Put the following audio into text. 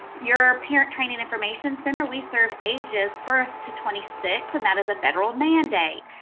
your parent training information center, we serve ages birth to twenty six, and that is a federal mandate.